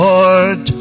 Lord